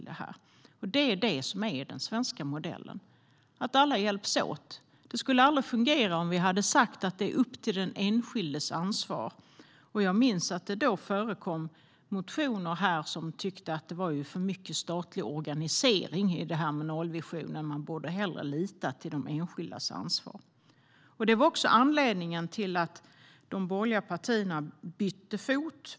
Det är den svenska modellen, det vill säga att alla hjälps åt. Det skulle aldrig fungera om vi hade sagt att det är den enskildes ansvar. Jag minns att det förekom motioner där man tyckte att det var för mycket statlig organisering i nollvisionen och att man hellre borde lita till den enskildes ansvar. Det var också anledningen till att de borgerliga partierna bytte fot.